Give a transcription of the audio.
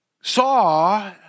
saw